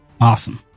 Awesome